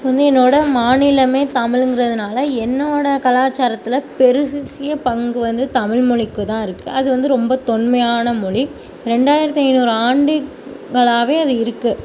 இப்போ வந்து என்னோடய மாநிலமே தமிழ்ங்கிறதுனால என்னோட கலாச்சாரத்தில் பெருசிசிய பங்கு வந்து தமிழ் மொழிக்கு தான் இருக்குது அது வந்து ரொம்ப தொன்மையான மொழி ரெண்டாயிரத்தி ஐநூறு ஆண்டுகளாவே அது இருக்குது